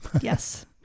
Yes